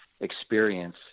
experience